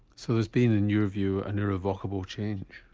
so there's been in your view an irrevocable change?